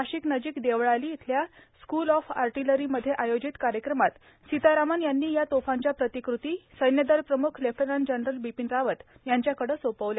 नाशिक नजिक देवळाली इथल्या school of आर्टीलरीमध्ये आयोजित कार्यक्रमात सितारामन यांनी या तोफांच्या प्रतिकृती सैन्यदल प्रमुख लेफ्टनंट जनरल बिपिन रावत यांच्याकडे सोपवल्या